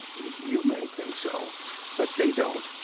you may think so but they don't.